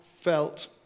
felt